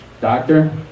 Doctor